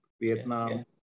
Vietnam